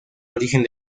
origen